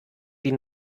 die